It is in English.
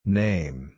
name